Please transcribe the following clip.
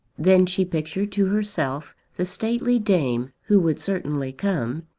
then she pictured to herself the stately dame who would certainly come,